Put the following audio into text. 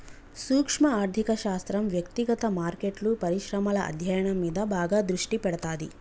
సూక్శ్మ ఆర్థిక శాస్త్రం వ్యక్తిగత మార్కెట్లు, పరిశ్రమల అధ్యయనం మీద బాగా దృష్టి పెడతాది